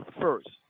first